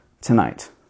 tonight